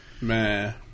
Man